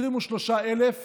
23,000